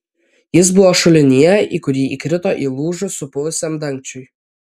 jis buvo šulinyje į kurį įkrito įlūžus supuvusiam dangčiui